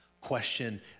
question